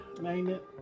magnet